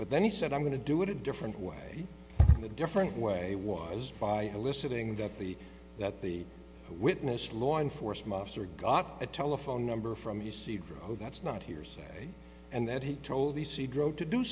but then he said i'm going to do it a different way the different way was by eliciting that the that the witness law enforcement officer got a telephone number from you cedric that's not hearsay and that he told the c drive to do